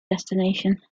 destination